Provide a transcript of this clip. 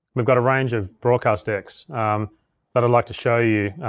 we've got a range of broadcast decks that i'd like to show you.